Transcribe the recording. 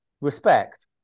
Respect